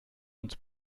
uns